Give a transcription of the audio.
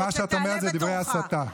אבל מה שאת אומרת זה דברי הסתה.